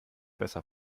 besser